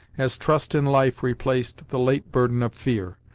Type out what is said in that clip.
as trust in life replaced the late burden of fear.